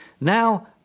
Now